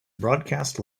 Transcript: broadcast